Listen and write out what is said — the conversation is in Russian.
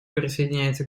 присоединяется